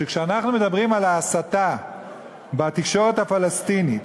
כשאנחנו מדברים על ההסתה בתקשורת הפלסטינית